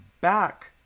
back